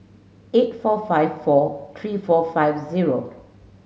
eight four five four three four five zero